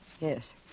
Yes